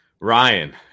Ryan